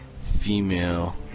female